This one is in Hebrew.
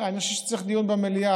אני חושב שצריך דיון במליאה.